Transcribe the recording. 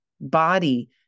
body